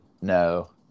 No